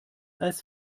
als